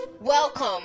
Welcome